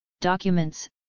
documents